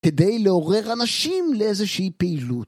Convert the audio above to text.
כדי לעורר אנשים לאיזושהי פעילות.